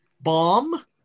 bomb